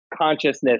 consciousness